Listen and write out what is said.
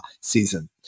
season